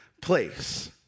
place